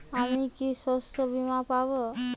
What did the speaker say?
আমি কি শষ্যবীমা পাব?